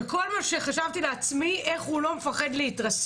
וכל מה שחשבתי לעצמי זה איך הוא לא פוחד להתרסק.